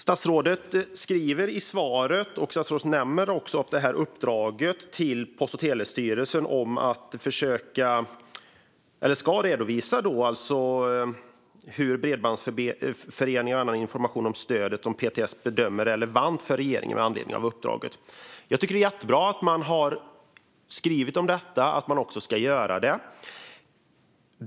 Statsrådet nämner i svaret att uppdraget till Post och telestyrelsen, som ska redovisa hur PTS säkerställt att bredbandsföreningar kan komma i fråga för stödet samt redovisa annan information om stödet som PTS bedömer relevant för regeringen med anledning av uppdraget. Det är jättebra att man har skrivit om detta och att man också ska göra det.